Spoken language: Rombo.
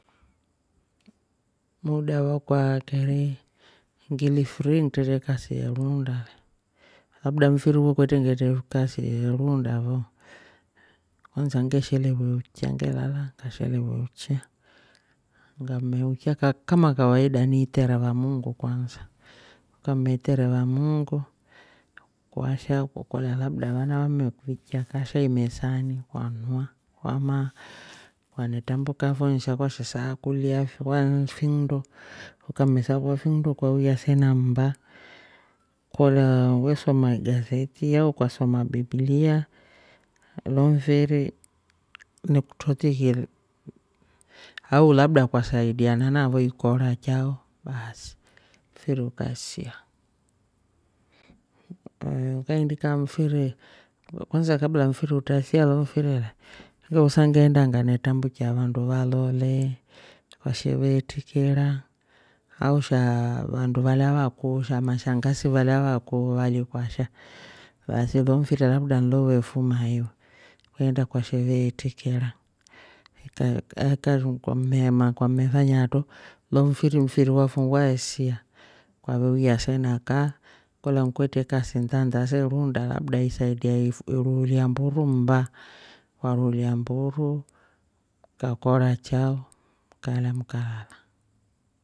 Muda wakwa keri ngili furii ntretre kasi ye runda le labda mfiri wo kwetre ngetre kasi ye ruunda fo kwansa nge shelewa iukya ngelala ngashelewa iuchya ngamme uchya kam- kama kawaida nitereva muungu kwansa, ukameetereva muungu kwasha kwakolya labda vawa vammekuvichya kashai mesani kwanua kwamaa kwanetrambuka fo nsha kwashe saakuliya wan- finndo ukamesaakulya finndo ukauya sena mmba kolya we soma igaseti au kwasoma biblia lonfiri nikutrotiki. au labda kwasaidia navo ikora chao baasi mfiri ukae sia. Kaindika mfiriii kwansa kabla mfiri utasia lo mfiri le ngewosa ngeenda nganetrambukia vandu valolee kwashe ve tikira au shaa vandu valya vakuu sha mashangasi valya vali vakuu vali kwasha basi lo mfiri labda nlo we fuma he ukeenda ukashe veetikira akashu- kwammema kwammefanya atro lomfiri mfiri wafo waesia kwaveuya se na kaa kolya kwetren kasi dha- dha se ruunda labda isaidia ifu- iruulia mburu mmba kwaruulia mburu. ukakora chao mkala, mkalala.